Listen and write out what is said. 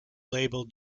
label